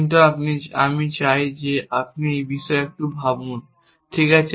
কিন্তু আমি চাই আপনি এই বিষয়ে একটু ভাবুন ঠিক আছে